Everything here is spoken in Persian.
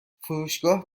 فروشگاه